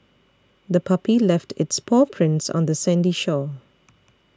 the puppy left its paw prints on the sandy shore